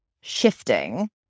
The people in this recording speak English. shifting